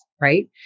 right